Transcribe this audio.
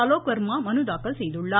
அலோக் வர்மா மனு தாக்கல் செய்துள்ளார்